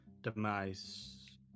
demise